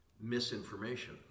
misinformation